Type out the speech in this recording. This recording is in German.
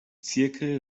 zirkel